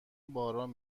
باران